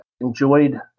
enjoyed